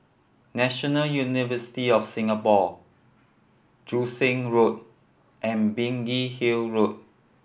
National University of Singapore Joo Seng Road and Biggin Hill Road